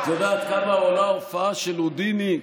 את יודעת כמה עולה הופעה של הודיני,